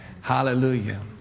Hallelujah